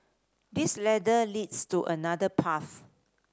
this ladder leads to another path